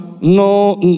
no